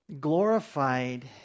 Glorified